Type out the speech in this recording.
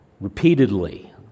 Repeatedly